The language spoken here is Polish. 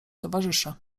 towarzysze